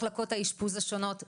מחלקות האשפוז השונות וכדומה.